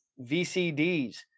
VCDs